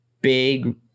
big